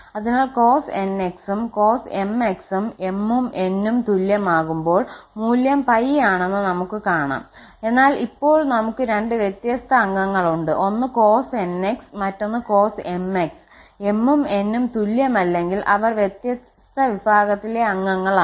അതിനാൽ cos 𝑛𝑥 ഉം cos 𝑚𝑥 ഉം 𝑚 ഉം 𝑛 ഉം തുല്യമാകുമ്പോൾ മൂല്യം 𝜋 ആണെന്ന് നമുക് കാണാംഎന്നാൽ ഇപ്പോൾ ഞങ്ങൾക്ക് രണ്ട് വ്യത്യസ്ത അംഗങ്ങളുണ്ട് ഒന്ന് cos 𝑛𝑥 മറ്റൊന്ന് cos 𝑚𝑥 𝑚 ഉം 𝑛 ഉം തുല്യമല്ലെങ്കിൽ അവർ വ്യത്യസ്ത വിഭാഗത്തിലെ അംഗങ്ങളാണ്